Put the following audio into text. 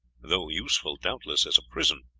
though useful doubtless as a prison,